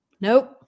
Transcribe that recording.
Nope